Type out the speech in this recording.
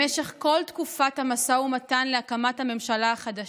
במשך כל תקופת המשא ומתן להקמת הממשלה החדשה,